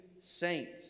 saints